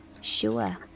Sure